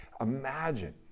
imagine